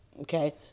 okay